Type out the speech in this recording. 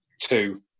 two